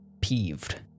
peeved